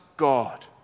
God